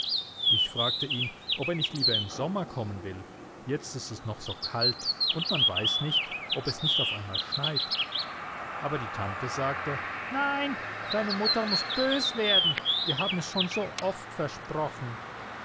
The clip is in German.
ich fragte ihn ob er nicht lieber im sommer kommen will jetzt ist es noch so kalt und man weiß nicht ob es nicht auf einmal schneit aber die tante sagte nein deine mutter muß bös werden wir haben es schon so oft versprochen